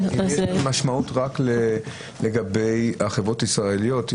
אם יש משמעות רק לגבי החברות הישראליות.